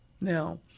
Now